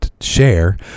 share